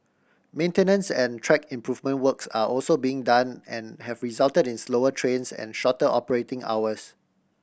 maintenance and track improvement works are also being done and have resulted in slower trains and shorter operating hours